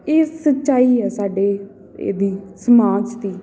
ਇਹ ਸੱਚਾਈ ਹੈ ਸਾਡੇ ਇਹਦੀ ਸਮਾਜ ਦੀ